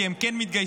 כי הם כן מתגייסים,